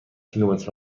کیلومتر